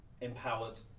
empowered